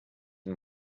den